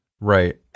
Right